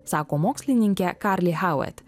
sako mokslininkė karly havet